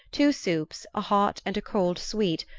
two soups, a hot and a cold sweet,